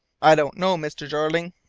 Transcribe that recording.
i don't know, mr. jeorling.